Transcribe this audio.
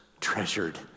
treasured